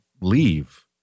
leave